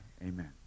amen